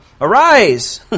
Arise